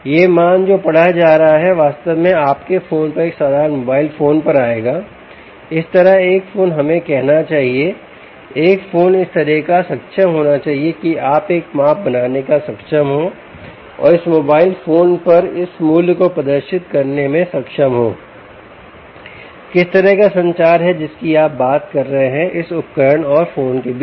यह मान जो पढ़ा जा रहा है वह वास्तव में आपके फोन पर एक साधारण मोबाइल फोन पर आएगा इस तरह एक फोन हमें कहना चाहिए एक फोन इस तरह का सक्षम होना चाहिए कि आप एक माप बनाने को सक्षम हो और इस मोबाइल फोन पर इस मूल्य को प्रदर्शित करने में सक्षम हो किस तरह का संचार है जिसकी आप बात कर रहे हैं इस उपकरण और फोन के बीच